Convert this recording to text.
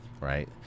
Right